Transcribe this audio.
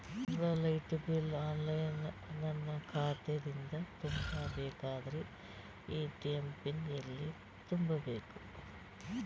ತಿಂಗಳ light bill online ನನ್ನ ಖಾತಾ ದಿಂದ ತುಂಬಾ ಬೇಕಾದರ ಎ.ಟಿ.ಎಂ ಪಿನ್ ಎಲ್ಲಿ ತುಂಬೇಕ?